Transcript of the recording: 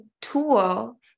tool